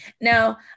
Now